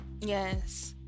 yes